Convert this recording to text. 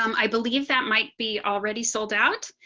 um i believe that might be already sold out,